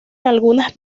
algunas